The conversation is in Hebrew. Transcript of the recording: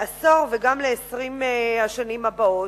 לעשור וגם ל-20 השנים הבאות,